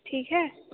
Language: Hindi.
ठीक है